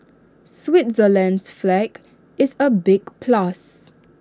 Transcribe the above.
Switzerland's flag is A big plus